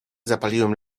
zapaliłem